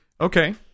Okay